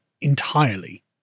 entirely